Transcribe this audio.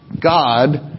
God